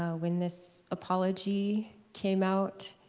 ah when this apology came out.